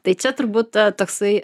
tai čia turbūt toksai